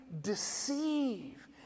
deceive